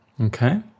Okay